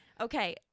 Okay